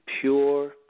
pure